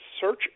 Search